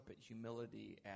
humility